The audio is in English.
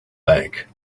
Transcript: bank